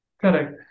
correct